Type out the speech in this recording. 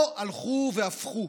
פה הלכו והפכו: